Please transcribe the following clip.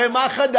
הרי מה חדש?